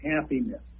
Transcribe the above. happiness